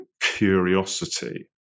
curiosity